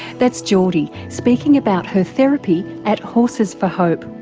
that's jordy, speaking about her therapy at horses for hope.